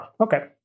Okay